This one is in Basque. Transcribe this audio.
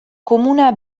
komuna